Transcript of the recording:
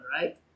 right